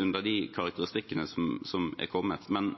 under de karakteristikkene som er kommet, men